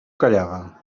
callava